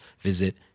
visit